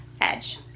edge